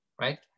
right